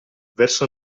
verso